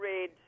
red